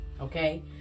okay